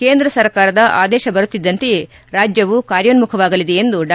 ಕೇಂದ್ರ ಸರ್ಕಾರ ಆದೇಶ ಬರುತ್ತಿದ್ದಂತೆಯೇ ರಾಜ್ಯವು ಕಾರ್ಯೋನ್ಮುಖವಾಗಲಿದೆ ಎಂದು ಡಾ